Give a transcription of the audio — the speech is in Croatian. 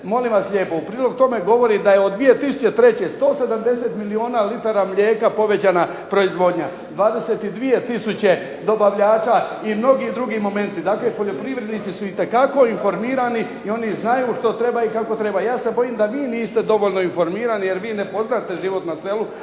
Molim vas lijepo u prilog tome govori da je od 2003. 170 milijuna litara mlijeka povećana proizvodnja, 22 tisuće dobavljača i mnogi drugi momenti. Dakle, poljoprivrednici su itekako informirani i oni znaju kako i što treba. Ja se bojim da vi niste dobro informirani jer vi ne poznate život na selu.